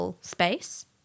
space